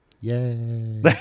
Yay